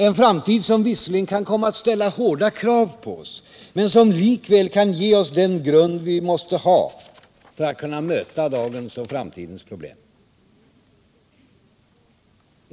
En framtid som visserligen kan komma att ställa hårda krav på oss, men som likväl kan ge oss den grund vi måste ha för att kunna möta dagens och framtidens problem.